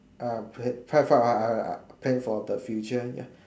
I pray for I I plan for the future ya